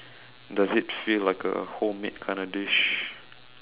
does it feel like a homemade kinda dish